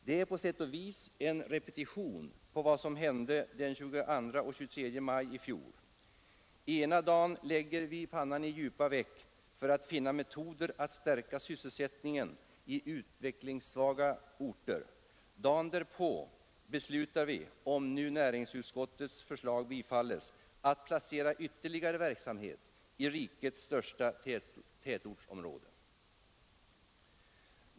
Det är på sätt och vis en repetition av vad som hände den 22 och 23 maj i fjol. Ena dagen lägger vi pannan i djupa veck för att finna metoder att stärka sysselsättningen i utvecklingssvaga orter. Dagen därpå beslutar vi, om nu näringsutskottets förslag bifalles, att placera ytterligare verksamhet i rikets största tätortsområde.